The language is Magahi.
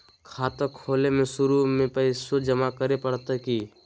खाता खोले में शुरू में पैसो जमा करे पड़तई की?